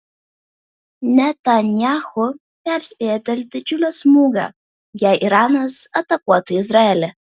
netanyahu perspėja dėl didžiulio smūgio jei iranas atakuotų izraelį